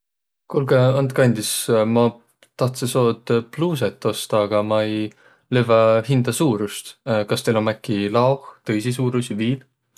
Kuulkõq, andkõq andis! Ma tahtsõ seod pluusõt ostaq, aga ma ei lövväq hindä suurust. Kas teil om äkki laoh tõisi suuruisi viil?